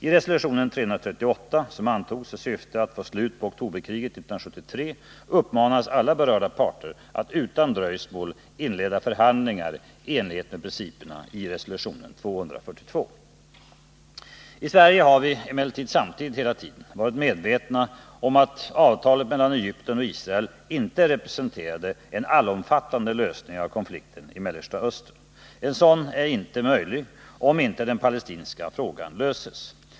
I resolution 338, som antogs i syfte att få slut på oktoberkriget 1973, uppmanas alla berörda parter att utan dröjsmål inleda förhandlingar i enlighet med principerna i resolution 242. I Sverige har vi emellertid samtidigt hela tiden varit medvetna om att avtalet mellan Egypten och Israel inte representerade en allomfattande lösning av konflikten i Mellersta Östern. En sådan är inte möjlig om inte den palestinska frågan löses.